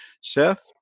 Seth